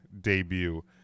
debut